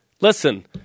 Listen